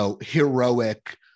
heroic